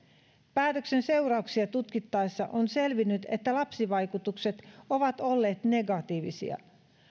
päätöksen seurauksia tutkittaessa on selvinnyt että lapsivaikutukset ovat olleet negatiivisia